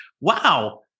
wow